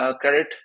Credit